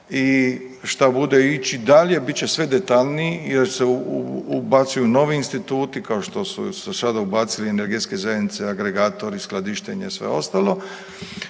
i šta bude ići dalje bit će sve detaljniji jer se ubacuju novi instituti kao što su se sada ubacile energetske zajednice agregata, … skladištenje sve ostalo.